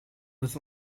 was